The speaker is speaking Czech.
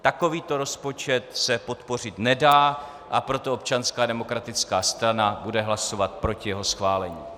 Takovýto rozpočet se podpořit nedá, a proto Občanská demokratická strana bude hlasovat proti jeho schválení.